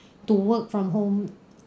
to work from home